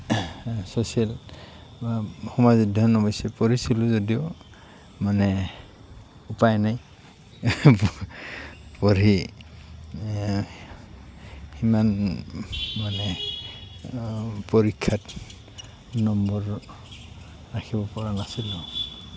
social সমাজ অধ্যয়ান অৱশ্যে পঢ়িছিলোঁ যদিও মানে উপায় নাই পঢ়ি সিমান মানে পৰীক্ষাত নম্বৰ ৰাখিব পৰা নাছিলোঁ